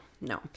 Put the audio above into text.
no